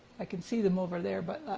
i can see them over there, but